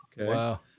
Wow